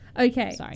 Okay